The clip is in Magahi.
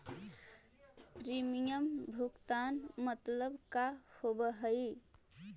प्रीमियम भुगतान मतलब का होव हइ?